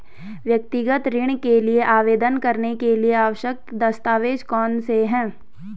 व्यक्तिगत ऋण के लिए आवेदन करने के लिए आवश्यक दस्तावेज़ कौनसे हैं?